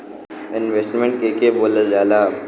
Investment के के बोलल जा ला?